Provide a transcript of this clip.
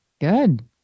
Good